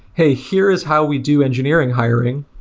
hey, here is how we do engineering hiring.